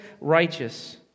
righteous